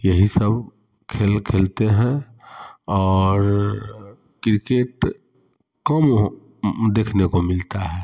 यही सब खेल खेलते हैं और क्रिकेट कम देखने को मिलता है